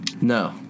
No